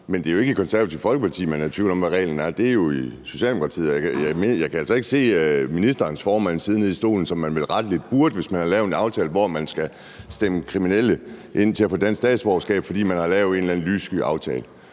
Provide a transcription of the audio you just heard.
men det er jo ikke i Det Konservative Folkeparti, man er i tvivl om, hvad reglen er, det er jo i Socialdemokratiet. Jeg kan altså ikke se ministerens formand sidde her i salen, hvilket man vel rettelig burde, hvis man havde lavet en aftale, hvor man skal stemme for, at kriminelle kan få dansk statsborgerskab, fordi man har lavet en eller anden